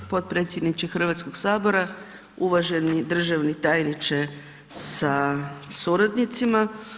Potpredsjedniče Hrvatskog sabora, uvaženi državni tajniče sa suradnicima.